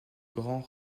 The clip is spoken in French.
grand